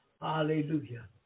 Hallelujah